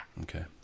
Okay